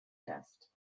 test